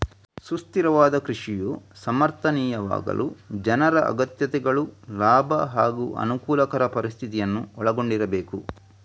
ಸುಸ್ಥಿರವಾದ ಕೃಷಿಯು ಸಮರ್ಥನೀಯವಾಗಲು ಜನರ ಅಗತ್ಯತೆಗಳು ಲಾಭ ಹಾಗೂ ಅನುಕೂಲಕರ ಪರಿಸ್ಥಿತಿಯನ್ನು ಒಳಗೊಂಡಿರಬೇಕು